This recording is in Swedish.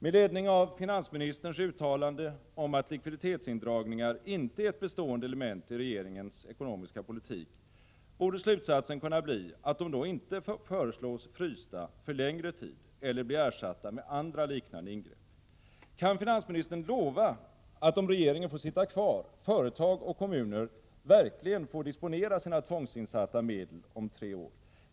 Med ledning av finansministerns uttalande om att likviditetsindragningar inte är ett bestående element i regeringens ekonomiska politik borde slutsatsen kunna bli att de inte föreslås frysta för längre tid eller blir ersatta med andra liknande ingrepp. Kan finansministern lova att, om regeringen får sitta kvar, företag och kommuner verkligen får disponera sina tvångsinsatta medel om tre år?